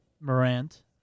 Morant